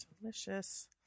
Delicious